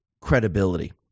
credibility